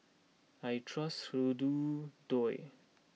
I trust Hirudoid